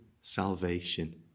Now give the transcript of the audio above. salvation